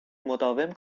مداوم